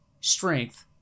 strength